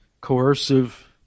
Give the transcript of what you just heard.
coercive